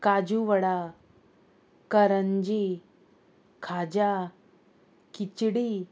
काजू वडा करंजी खाजा खिचडी